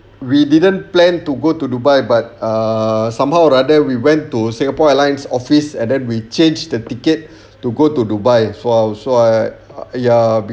we didn't plan to go to dubai but err somehow rather we went to singapore airlines office and then we change the ticket to go to dubai for our flight ya